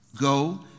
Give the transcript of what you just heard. go